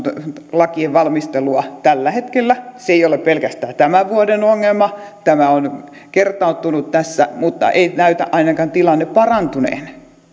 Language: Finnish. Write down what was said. lakien valmistelua tällä hetkellä se ei ole pelkästään tämän vuoden ongelma tämä on kertautunut tässä mutta ei näytä ainakaan tilanne parantuneen